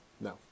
No